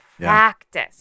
practice